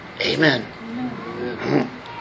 Amen